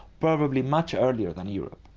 probably much earlier than europe.